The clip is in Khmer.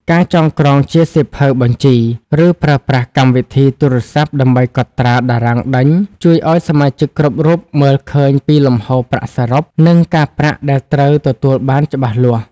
ការចងក្រងជាសៀវភៅបញ្ជី ឬប្រើប្រាស់កម្មវិធីទូរស័ព្ទដើម្បីកត់ត្រា "តារាងដេញ" ជួយឱ្យសមាជិកគ្រប់រូបមើលឃើញពីលំហូរប្រាក់សរុប និងការប្រាក់ដែលត្រូវទទួលបានច្បាស់លាស់។